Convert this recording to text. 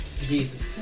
Jesus